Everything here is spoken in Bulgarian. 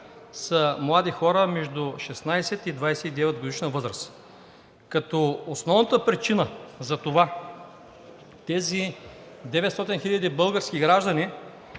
са млади хора – между 16- и 29-годишна възраст. Основната причина за това тези 900 хиляди български граждани